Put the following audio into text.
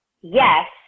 Yes